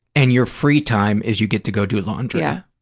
and your free time is you get to go do laundry. yeah.